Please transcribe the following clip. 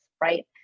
right